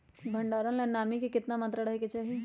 भंडारण ला नामी के केतना मात्रा राहेके चाही?